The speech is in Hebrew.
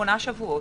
שמונה שבועות,